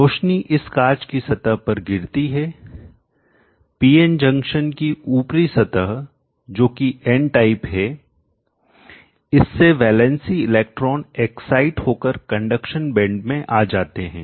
रोशनी इस कांच की सतह पर गिरती है पीएन जंक्शन की ऊपरी सतह जो कि N टाइप है इससे वैलेंसी इलेक्ट्रॉन एक्साइट होकर कंडक्शन बैंड में आ जाते हैं